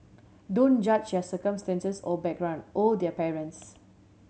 don't judge their circumstances or background or their parents